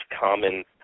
common